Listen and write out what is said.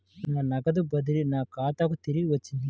నా నగదు బదిలీ నా ఖాతాకు తిరిగి వచ్చింది